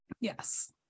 Yes